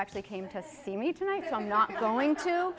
actually came to see me tonight so i'm not going to